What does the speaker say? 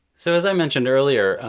so as i mentioned earlier,